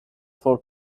for